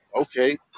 okay